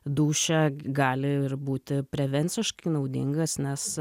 dūšią gali ir būti prevenciškai naudingas nes